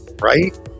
Right